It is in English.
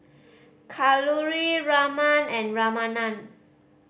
Kalluri Raman and Ramanand